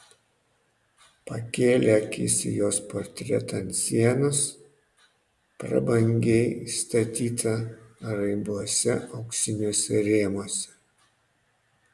pakėlė akis į jos portretą ant sienos prabangiai įstatytą raibuose auksiniuose rėmuose